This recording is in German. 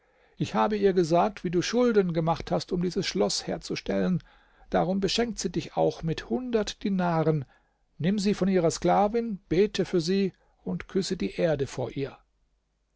ich habe ihr gesagt wie du schulden gemacht hast um dieses schloß herzustellen darum beschenkt sie dich auch mit hundert dinaren nimm sie von ihrer sklavin bete für sie und küsse die erde vor ihr